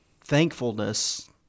thankfulness